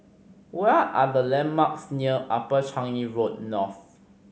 what are the landmarks near Upper Changi Road North